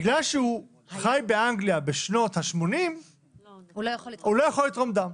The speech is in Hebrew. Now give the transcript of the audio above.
מכיוון שהוא חי באנגליה בשנות ה-80 הוא לא יכול לתרום דם.